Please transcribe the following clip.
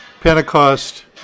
Pentecost